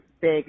big